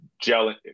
gel